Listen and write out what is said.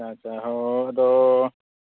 ᱦᱳᱭ ᱟᱫᱚ